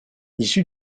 issu